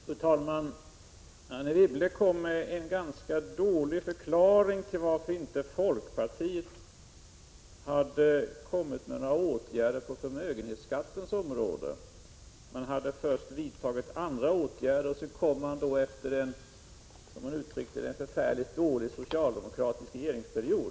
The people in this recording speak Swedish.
Fru talman! Anne Wibble gav en ganska dålig förklaring till att folkpartiet inte hade kommit med några åtgärder på förmögenhetsskattens område. Man hade först vidtagit andra åtgärder — och så kom man efter en, som man uttryckte det, förfärligt dålig socialdemokratisk regeringsperiod.